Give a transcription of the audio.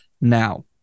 Now